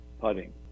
putting